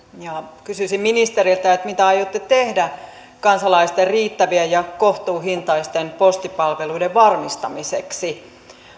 kysyisin ministeriltä mitä aiotte tehdä kansalaisten riittävien ja kohtuuhintaisten postipalveluiden varmistamiseksi